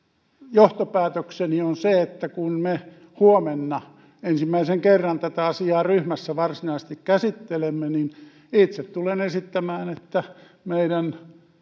johtopäätökseni on se että kun me huomenna ensimmäisen kerran tätä asiaa ryhmässä varsinaisesti käsittelemme niin itse tulen esittämään että meidän